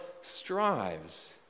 strives